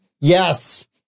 Yes